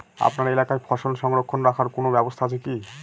আপনার এলাকায় ফসল সংরক্ষণ রাখার কোন ব্যাবস্থা আছে কি?